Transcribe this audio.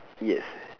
yes